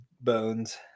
bones